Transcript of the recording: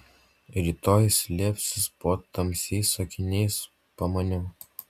rytoj slėpsis po tamsiais akiniais pamaniau